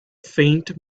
faint